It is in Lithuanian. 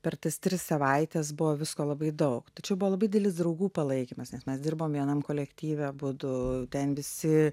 per tas tris savaites buvo visko labai daug tačiau buvo labai didelis draugų palaikymas nes mes dirbom vienam kolektyve abudu ten visi